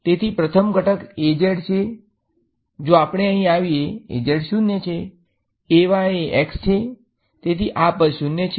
તેથી પ્રથમ ઘટક છે જો આપણે અહી આવીયે 0 છે એ x છે તેથી આ પદ 0 છે